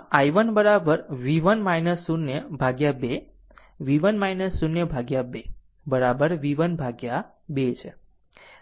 0 આમ ii1 v1 0 by 2 v1 0 by 2 v1 by 2 છે